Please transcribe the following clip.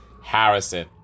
Harrison